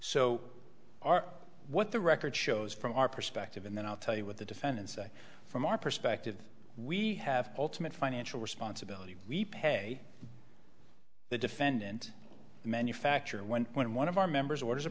are what the record shows from our perspective and then i'll tell you what the defendants say from our perspective we have ultimate financial responsibility we pay the defendant manufacturer when when one of our members orders a